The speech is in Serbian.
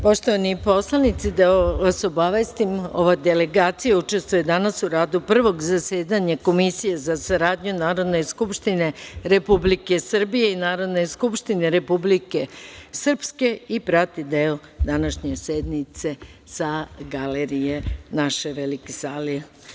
Poštovani poslanici, da vas obavestim ova delegacija učestvuje danas u radu prvog zasedanja Komisije za saradnju Narodne skupštine Republike Srbije i Narodne skupštine Republike Srpske i prati deo današnje sednice sa galerije naše velike sale.